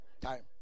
time